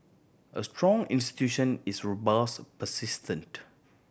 a strong institution is robust persistent